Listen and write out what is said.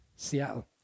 Seattle